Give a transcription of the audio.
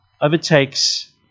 overtakes